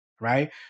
right